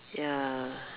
ya